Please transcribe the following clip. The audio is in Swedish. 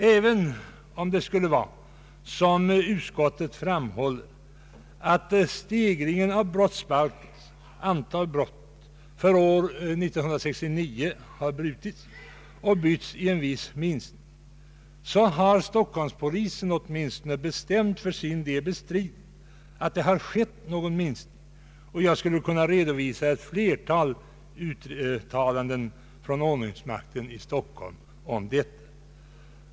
Även om det skulle vara såsom utskottet framhåller att stegringstendensen i fråga om det totala antalet brott mot brottsbalken under år 1969 har brutits och övergått i en viss minskning, har åtminstone Stockholmspolisen för sin del bestämt bestritt att någon minskning har skett. Jag skulle kunna redovisa ett flertal uttalanden om detta från ordningsmakten i Stockholm.